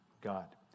God